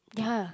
ya